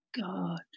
God